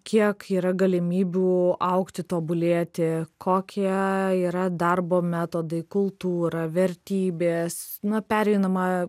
kiek yra galimybių augti tobulėti kokie yra darbo metodai kultūra vertybės nu pereinama